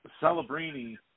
Celebrini